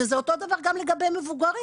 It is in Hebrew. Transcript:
וזה אותו דבר גם לגבי מבוגרים,